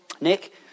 Nick